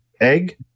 egg